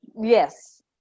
yes